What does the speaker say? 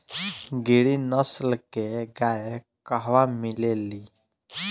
गिरी नस्ल के गाय कहवा मिले लि?